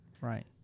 Right